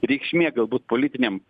reikšmė galbūt politiniam